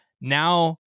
now